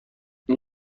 این